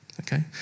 okay